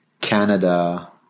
Canada